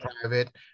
private